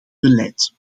beleid